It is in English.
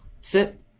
Sit